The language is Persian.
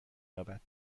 یابد